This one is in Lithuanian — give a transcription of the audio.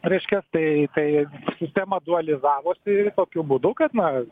reiškia tai tai sistema dualizavosi tokiu būdu kad na